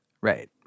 Right